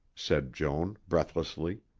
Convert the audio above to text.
said joan breathlessly.